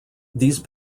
these